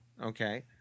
Okay